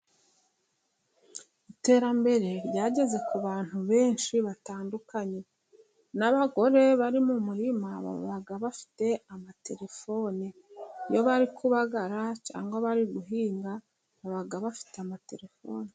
Iterambere ryageze ku bantu benshi batandukanye n'abagore bari mu murima baba bafite amatelefone. Iyo bari kubagara cyangwa bari guhinga baba bafite amatelefoni.